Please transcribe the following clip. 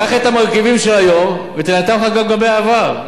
קח את המרכיבים של היום ותנתח אותם גם לגבי העבר,